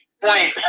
point